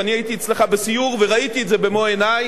ואני הייתי אצלך בסיור וראיתי את זה במו-עיני,